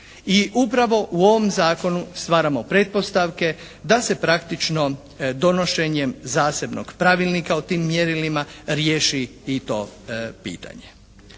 I upravo u ovom zakonu stvaramo pretpostavke da se praktično donošenjem zasebnog pravilnika o tim mjerilima riješi i to pitanje.